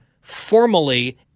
formally